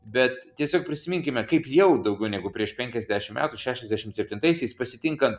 bet tiesiog prisiminkime kaip jau daugiau negu prieš penkiasdešimt metų šešiasdešimt septintaisiais pasitinkant